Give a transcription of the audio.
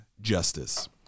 justice